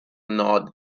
nod